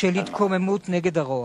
של התקוממות נגד הרוע.